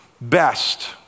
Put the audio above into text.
best